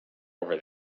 over